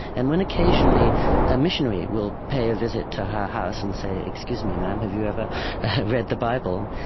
and when occasionally a missionary will pay a visit to her house and say, excuse me, ma'am. have you ever read the bible?